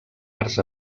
arts